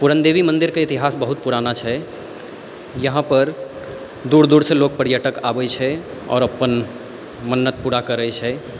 पूरणदेवी मन्दिरके इतिहास बहुत पुराना छै यहाँपर दूर दूरसँ लोक पर्यटक आबै छै आओर अपन मन्नत पूरा करै छै